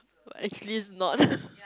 but actually it's not